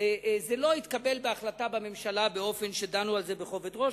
זה לא התקבל בהחלטה בממשלה באופן שדנו בזה בכובד ראש.